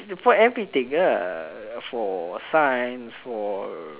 before everything lah for science for